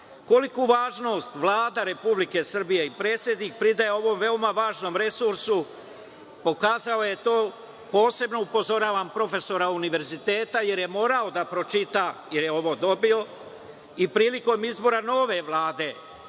važnost Vlada Republike Srbije i predsednik pridaje ovom veoma važnom resursu pokazao je to, posebno upozoravam profesora univerziteta jer je morao da pročita, jer je ovo dobio, i prilikom izbora nove Vlade